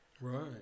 Right